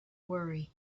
worry